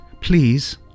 Please